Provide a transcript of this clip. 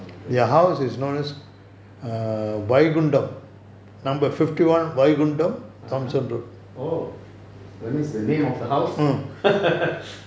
(uh huh) oh that means the name of the house